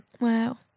wow